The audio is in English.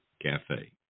Cafe